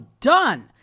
done